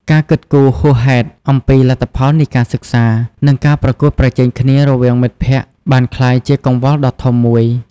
ការគិតគូរហួសហេតុអំពីលទ្ធផលនៃការសិក្សា និងការប្រកួតប្រជែងគ្នារវាងមិត្តភ័ក្តិបានក្លាយជាកង្វល់ដ៏ធំមួយ។